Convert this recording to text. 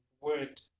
word